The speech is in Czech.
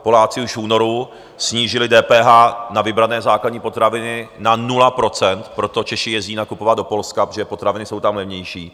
Poláci už v únoru snížili DPH na vybrané základní potraviny na 0 %, proto Češi jezdí nakupovat do Polska, protože potraviny jsou tam levnější.